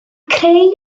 creu